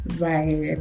Right